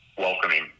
welcoming